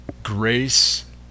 grace